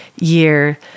year